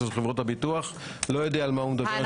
של חברות הביטוח לא יודע על מה הוא מדבר.